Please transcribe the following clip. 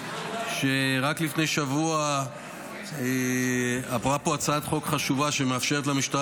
שרק לפני שבוע עברה פה הצעת חוק חשובה שמאפשרת למשטרה